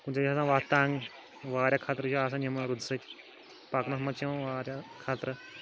کُنۍ جایہِ چھِ آسان وَتھ تنٛگ واریاہ خطرٕ چھُ آسان یِمہٕ رُدٕ سۭتۍ پَکنَس منٛز چھِ یِوان واریاہ خطرٕ